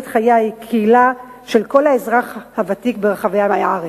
חיי הקהילה של כל האזרחים הוותיקים ברחבי הארץ.